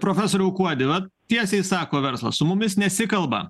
profesoriau kuodi vat tiesiai sako verslas su mumis nesikalba